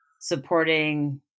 supporting –